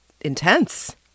intense